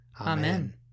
Amen